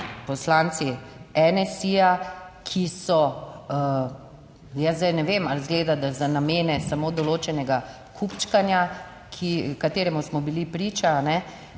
poslanci NSi, ki so, jaz zdaj ne vem ali izgleda, da za namene samo določenega kupčkanja, kateremu smo bili priča. Torej,